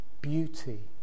beauty